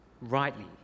rightly